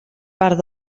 part